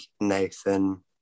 Nathan